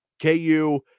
KU